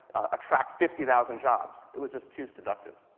attract fifty thousand jobs. it was just too seductive,